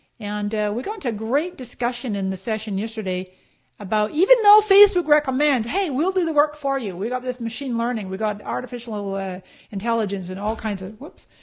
and we got into a great discussion in the session yesterday about even though facebook recommends hey we'll do the work for you, we've got this machine learning, we've got artificial ah intelligence and all kinds of whoops.